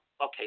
okay